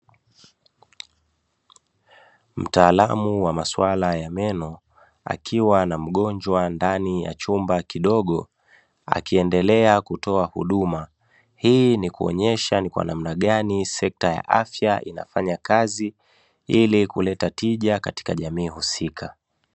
Mtaalamu wa masuala ya meno akiwa na mgonjwa ndani ya chumba kidogo. Akiendelea kutoa huduma hii ni kuonyesha ni kwa namna gani sekta ya afya inafanya kazi ili kuleta tija katika jamii husika.